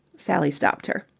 sally stopped her.